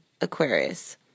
Aquarius